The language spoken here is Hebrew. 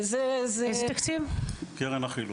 קרן החילוט.